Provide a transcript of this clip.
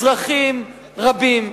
אזרחים רבים,